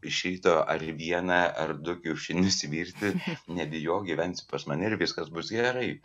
išeitų ar vieną ar du kiaušinius virti nebijok gyvensi pas mane ir viskas bus gerai